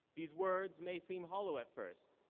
these words may seem hollow at first.